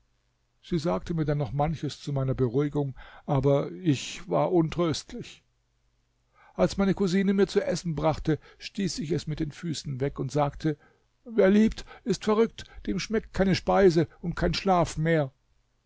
sie sagte mir dann noch manches zu meiner beruhigung aber ich war untröstlich als meine cousine mir zu essen brachte stieß ich es mit den füßen weg und sagte wer liebt ist verrückt dem schmeckt keine speise und kein schlaf mehr